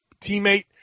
teammate